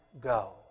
go